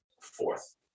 fourth